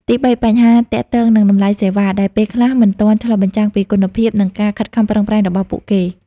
ទីបី បញ្ហាទាក់ទងនឹងតម្លៃសេវា ដែលពេលខ្លះមិនទាន់ឆ្លុះបញ្ចាំងពីគុណភាព និងការខិតខំប្រឹងប្រែងរបស់ពួកគេ។